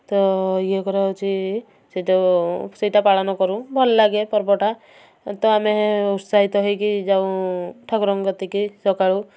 ତ ଇଏ କରାହେଉଛି ସେଇତ ସେଇଟା ପାଳନ କରୁ ଭଲ ଲାଗେ ପର୍ବଟା ତ ଆମେ ଉତ୍ସାହିତ ହେଇକି ଯାଉ ଠାକୁରଙ୍କ କତିକି ସକାଳୁ